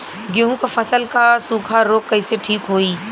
गेहूँक फसल क सूखा ऱोग कईसे ठीक होई?